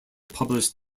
published